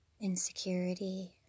insecurity